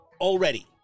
Already